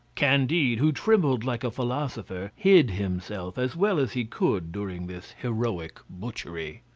candide, who trembled like a philosopher, hid himself as well as he could during this heroic butchery.